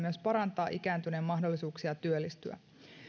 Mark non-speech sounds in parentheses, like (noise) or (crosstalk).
(unintelligible) myös parantaa ikääntyneen mahdollisuuksia työllistyä